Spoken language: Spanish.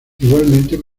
igualmente